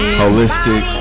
holistic